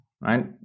right